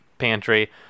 pantry